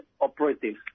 operatives